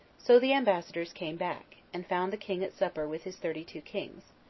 so the ambassadors came back, and found the king at supper with his thirty-two kings,